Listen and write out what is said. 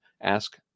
ask